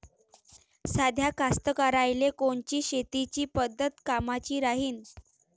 साध्या कास्तकाराइले कोनची शेतीची पद्धत कामाची राहीन?